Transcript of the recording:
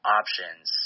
options